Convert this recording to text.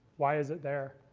why is it there?